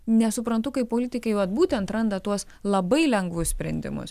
nesuprantu kaip politikai vat būtent randa tuos labai lengvus sprendimus